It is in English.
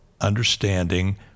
understanding